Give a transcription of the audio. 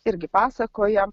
irgi pasakoja